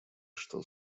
что